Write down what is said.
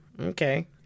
Okay